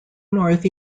north